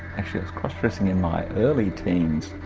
actually i was cross dressing in my early teens,